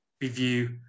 review